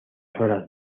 horas